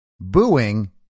booing